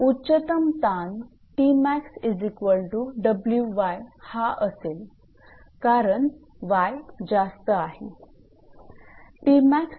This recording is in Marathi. उच्चतम ताण 𝑇𝑚𝑎𝑥𝑊𝑦 हा असेल कारण 𝑦 जास्त आहे